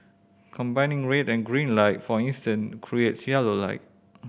combining red and green light for instance creates yellow light